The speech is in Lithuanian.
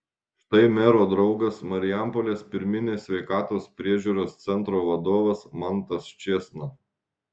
štai mero draugas marijampolės pirminės sveikatos priežiūros centro vadovas mantas čėsna